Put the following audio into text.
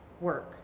work